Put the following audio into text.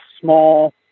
small